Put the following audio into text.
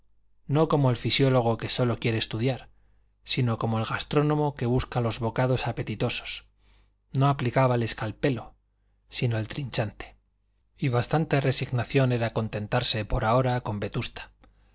no como el fisiólogo que sólo quiere estudiar sino como el gastrónomo que busca los bocados apetitosos no aplicaba el escalpelo sino el trinchante y bastante resignación era contentarse por ahora con vetusta